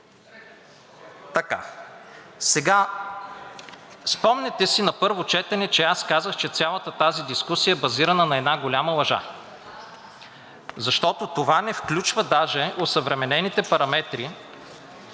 и триста. Спомняте си на първо четене, че аз казах, че цялата тази дискусия е базирана на една голяма лъжа, защото това не включва даже осъвременените параметри